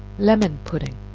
lemon pudding.